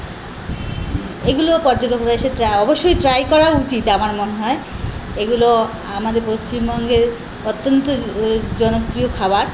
এগুলো পর্যটকরা এসে ট্রা অবশ্যই ট্রাই করা উচিত আমার মনে হয় এগুলো আমাদের পশ্চিমবঙ্গের অত্যন্ত জনপ্রিয় খাবার